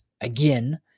again